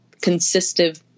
consistent